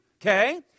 okay